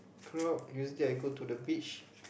crowd usually I go to the beach